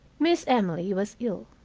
miss emily was ill.